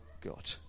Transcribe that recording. God